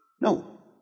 No